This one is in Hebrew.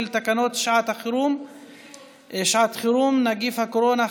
תקנות שעת החירום (נגיף הקורונה החדש,